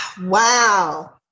wow